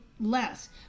Less